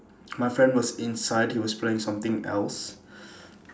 my friend was inside he was playing something else